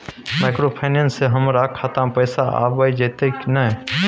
Microfinance से हमारा खाता में पैसा आबय जेतै न?